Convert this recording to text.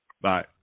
Bye